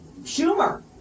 schumer